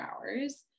hours